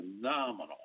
phenomenal